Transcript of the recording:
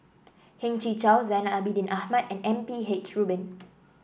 Heng Chee How Zainal Abidin Ahmad and M P H Rubin